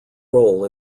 role